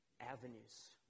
avenues